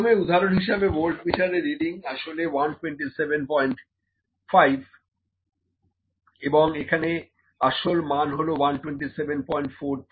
প্রথম উদাহরণ হিসেবে ভোল্ট মিটারে রিডিং আসলো 1275 এবং এখানে আসল মান হল 12743 ভোল্ট